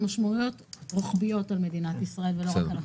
משמעויות רוחביות על מדינת ישראל ולא רק על החקלאות.